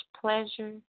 pleasure